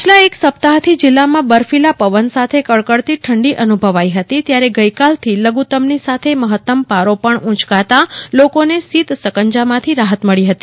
પાછલા એક સપ્તાફ થી જીલ્લામાં બર્ફીલા પવન સાથે કડકડતી ઠંડી અનુભવી હતી ત્યારે ગઈકાલ થી લધુત્તમ ની સાથે મહત્તમ પારો પણ ઉયકતા લોકોને સહિત સકંજા માંથી રાહતમળી હતી